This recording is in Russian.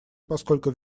поскольку